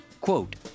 Quote